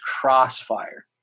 crossfire